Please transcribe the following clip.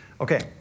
Okay